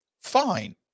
fine